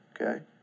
okay